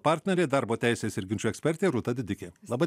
partnerė darbo teisės ir ginčų ekspertė rūta didikė laba